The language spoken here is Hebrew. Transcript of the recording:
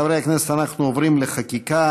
חברי הכנסת, אנחנו עוברים לחקיקה.